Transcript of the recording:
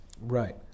Right